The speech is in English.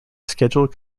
scheduled